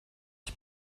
ich